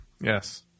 Yes